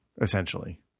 essentially